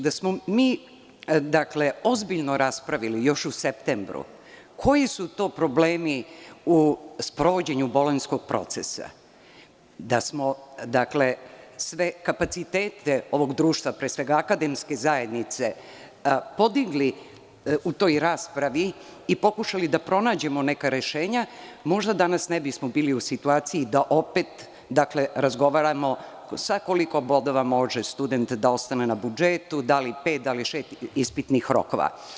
Da smo mi ozbiljno raspravili još u septembru koji su to problemi u sprovođenju Bolonjskog procesa, da smo sve kapacitete ovog društva, pre svega akademske zajednice, podigli u toj raspravi i pokušali da pronađemo neka rešenja, možda danas ne bismo bili u situaciji da opet razgovaramo sa koliko bodova može student da ostane na budžetu, da li pet, da li šest ispitnih rokova.